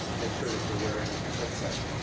make sure that you're wearing a headset.